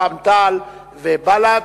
רע"ם-תע"ל ובל"ד.